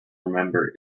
remember